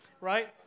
right